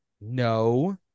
no